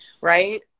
right